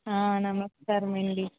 నమస్కారమండీ